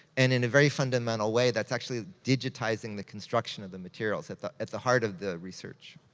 and in a very fundamental way, that's actually digitizing the construction of the materials, at the at the heart of the research.